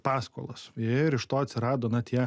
paskolos ir iš to atsirado na tie